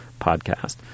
podcast